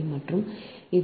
75 மற்றும் இது 4